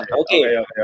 okay